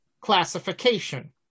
classification